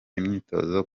imyitozo